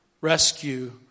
Rescue